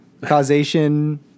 causation